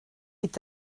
est